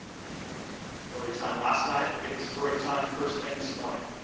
storytime last night, we get storytime first thing this morning.